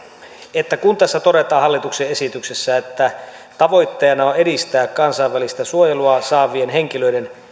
että kun tässä todetaan hallituksen esityksessä että tavoitteena on on edistää kansainvälistä suojelua saavien henkilöiden